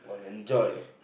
enjoy